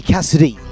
Cassidy